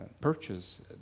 purchase